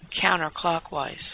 counterclockwise